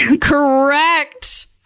Correct